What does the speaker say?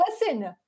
listen